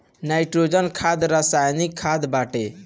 nitrogen खाद रासायनिक खाद बाटे